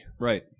Right